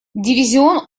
дивизион